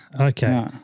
Okay